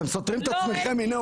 אתם סותרים את עצמכם מיניה